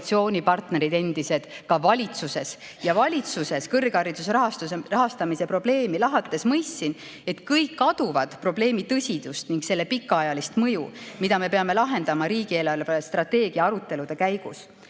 koalitsioonipartnerid, ka valitsuses. Valitsuses kõrghariduse rahastamise probleemi lahates mõistsin, et kõik aduvad probleemi tõsidust ning selle pikaajalist mõju. Me peame selle lahendama riigi eelarvestrateegia arutelude käigus.